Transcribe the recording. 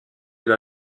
elle